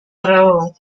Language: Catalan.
raó